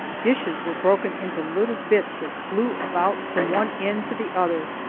dishes were broken into little bits that flew about from one end to the other.